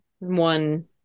one